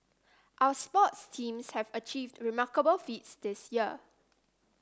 our sports teams have achieved remarkable feats this year